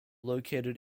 located